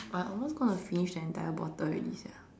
I almost going to finish the entire bottle already sia